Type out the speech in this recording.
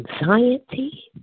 anxiety